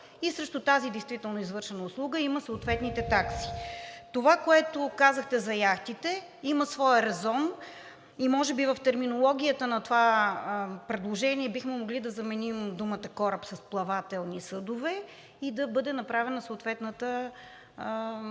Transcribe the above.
и срещу тази действително извършена услуга има съответните такси. Това, което казахте за яхтите, има своя резон и може би в терминологията на това предложение бихме могли да заменим думата „кораб“ с „плавателни съдове“ и да бъде направена съответната